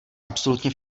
absolutně